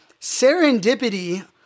serendipity